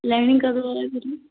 ਲੈਣੀ ਕਦੋਂ ਆ ਇਹ ਤੁਸੀਂ